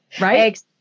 Right